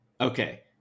Okay